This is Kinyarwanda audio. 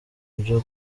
byo